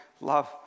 love